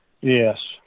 Yes